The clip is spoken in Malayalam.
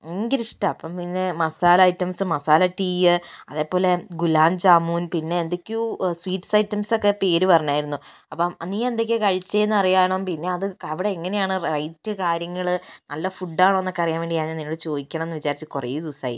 ഭയങ്കരിഷ്ടമാണ് അപ്പം പിന്നെ മസാല ഐറ്റംസ് മസാല ടീയ് അതേപോലെ ഗുലാബ്ജാമുൻ പിന്നെന്തൊക്കെയോ സ്വീറ്റ്സ് ഐറ്റംസൊക്കെ പേരു പറഞ്ഞായിരുന്നു അപ്പം നീ എന്തൊക്കെയാ കഴിച്ചേന്നറിയണം പിന്നെ അത് അവിടെ എങ്ങനെയാണ് റേറ്റ് കാര്യങ്ങള് നല്ല ഫുഡാണോന്നൊക്കെ അറിയാൻ വേണ്ടി ഞാൻ നിന്നോട് ചോദിക്കണം എന്ന് വിചാരിച്ച് കുറെ ദിവസമായി